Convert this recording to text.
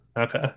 okay